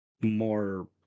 more